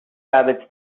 rabbits